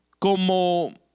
como